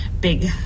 big